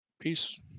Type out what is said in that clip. peace